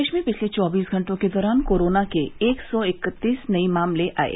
प्रदेश में पिछले चौबीस घंटों के दौरान कोरोना के एक सौ इकत्तीस नये मामले आये